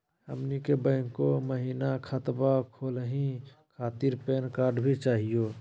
हमनी के बैंको महिना खतवा खोलही खातीर पैन कार्ड भी चाहियो?